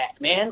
man